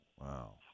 wow